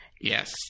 yes